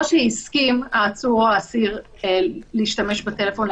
או שהסכים העצור או האסיר להשתמש בטלפון,